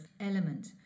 element